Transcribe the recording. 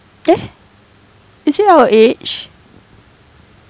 eh is he our age